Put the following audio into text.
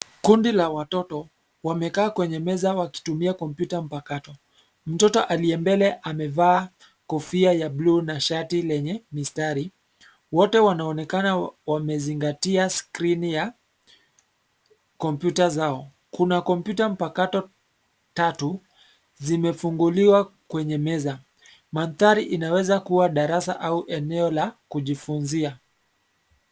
Kundi la watoto wamekaa kwenye meza, wakitumia kompyuta mpakato. Mtoto aliye mbele amevaa kofia ya buluu na shati lenye mistari. Kuna kompyuta mpakato tatu zimefunguliwa kwenye meza. Mandhari inaweza kuwa darasani au eneo la kujifunzia.